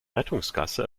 rettungsgasse